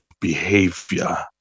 behavior